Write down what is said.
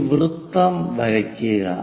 ഒരു വൃത്തം വരയ്ക്കുക